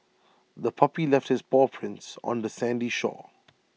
the puppy left its paw prints on the sandy shore